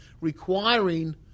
requiring